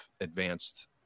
advanced